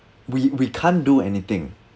we we can't do anything